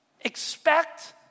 expect